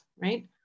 right